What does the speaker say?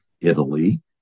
italy